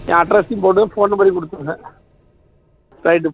என் அட்ரஸ்ஸையும் போட்டு ஃபோன் நம்பரையும் குடுத்துவுடுறேன் ரைட்டு